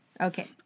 Okay